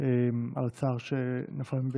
על הצער שנפל במשפחתו.